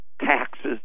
taxes